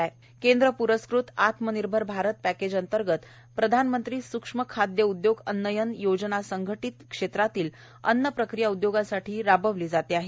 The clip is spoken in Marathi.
एक जिल्हा एक उत्पादन केंद्र प्रस्कृत आत्मनिर्भर भारत पॅकेज अंतर्गत प्रधानमंत्री सूक्ष्म खाय उद्योग अन्नयन योजना असंघटीत क्षेत्रातील अन्न प्रक्रिया उद्योगासाठी राबविली जात आहे